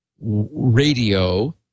radio